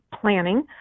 planning